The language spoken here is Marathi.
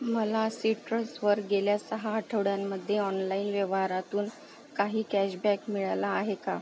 मला सिट्रसवर गेल्या सहा आठवड्यांमध्ये ऑनलाईन व्यवहारातून काही कॅशबॅक मिळाला आहे का